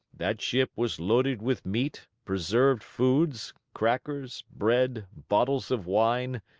that ship was loaded with meat, preserved foods, crackers, bread, bottles of wine,